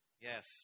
Yes